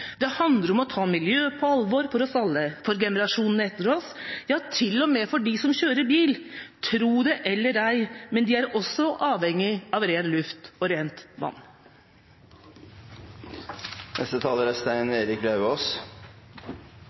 det handler om å ta miljøet på alvor for oss alle, for generasjonene etter oss – ja, til og med for dem som kjører bil. Tro det eller ei, men de er også avhengig av ren luft og rent